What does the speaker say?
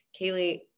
Kaylee